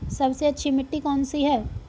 सबसे अच्छी मिट्टी कौन सी है?